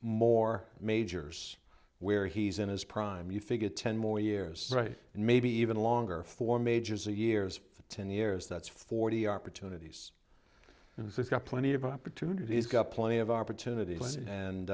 more majors where he's in his prime you figure ten more years right and maybe even longer four majors a years ten years that's forty opportunities and it's got plenty of opportunities got plenty of opportunities and